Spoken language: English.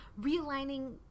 realigning